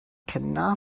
cannot